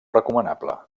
recomanable